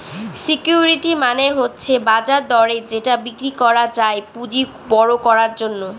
security মানে হচ্ছে বাজার দরে যেটা বিক্রি করা যায় পুঁজি বড়ো করার জন্য